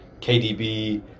KDB